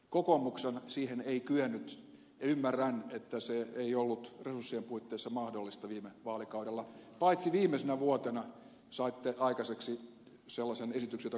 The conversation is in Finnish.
kokoomus siihen ei kyennyt ja ymmärrän että se ei ollut resurssien puitteissa mahdollista viime vaalikaudella paitsi viimeisenä vuotena saitte aikaiseksi sellaisen esityksen jota kutsuitte vaihtoehtobudjetiksi